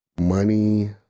Money